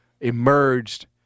Emerged